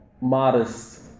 Modest